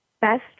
best